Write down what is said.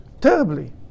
terribly